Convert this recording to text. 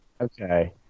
Okay